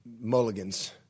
mulligans